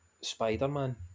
Spider-Man